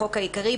החוק העיקרי),